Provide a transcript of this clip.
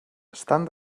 estan